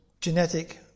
genetic